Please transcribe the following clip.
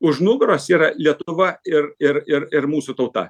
už nugaros yra lietuva ir ir ir ir mūsų tauta